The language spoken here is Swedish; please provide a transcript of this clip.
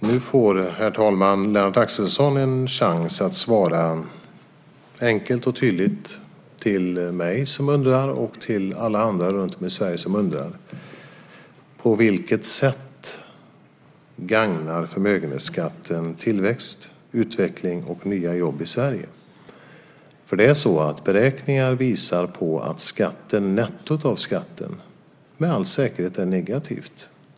Nu får Lennart Axelsson en chans att ge ett enkelt och tydligt svar till mig och alla andra runtom i landet som undrar. På vilket sätt gagnar förmögenhetsskatten tillväxt, utveckling och nya jobb i Sverige? Beräkningar visar nämligen att nettot av skatten med all säkerhet är negativt.